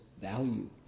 value